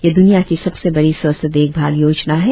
यह दुनिया की सबसे बड़ी स्वास्थ्य देखभाल योजना है